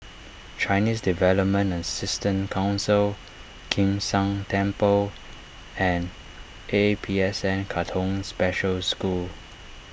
Chinese Development Assistance Council Kim San Temple and A P S N Katong Special School